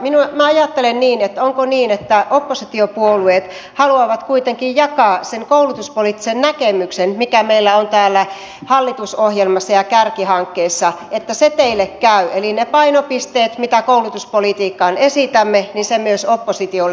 minä ajattelen niin että onko niin että oppositiopuolueet haluavat kuitenkin jakaa sen koulutuspoliittisen näkemyksen mikä meillä on täällä hallitusohjelmassa ja kärkihankkeissa että se teille käy eli ne painopisteet mitä koulutuspolitiikkaan esitämme käyvät myös oppositiolle